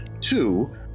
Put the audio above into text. Two